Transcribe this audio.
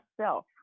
self